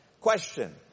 question